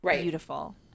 beautiful